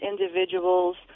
individuals